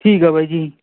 ਠੀਕ ਹੈ ਬਾਈ ਜੀ